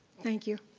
thank you.